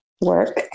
work